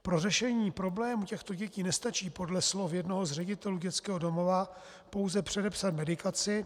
Pro řešení problémů těchto dětí nestačí podle slov jednoho z ředitelů dětského domova pouze předepsat medikaci.